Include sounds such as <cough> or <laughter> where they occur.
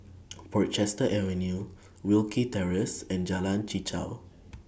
<noise> Portchester Avenue Wilkie Terrace and Jalan Chichau